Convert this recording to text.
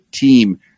team